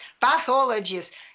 pathologists